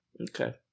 okay